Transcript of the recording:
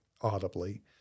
audibly